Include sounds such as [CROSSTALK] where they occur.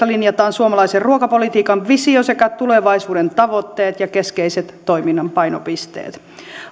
[UNINTELLIGIBLE] linjataan suomalaisen ruokapolitiikan visio sekä tulevaisuuden tavoitteet ja keskeiset toiminnan painopisteet